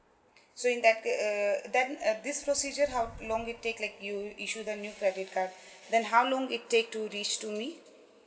so in that err then uh this procedure how long it take like you issue the new credit card then how long it take to reach to me